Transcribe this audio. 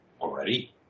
Already